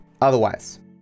otherwise